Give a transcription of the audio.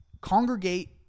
congregate